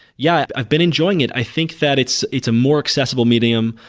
yeah, i've been enjoying it. i think that it's it's a more accessible medium,